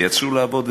ויצאו לעבוד,